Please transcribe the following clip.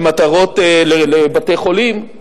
לבתי-חולים,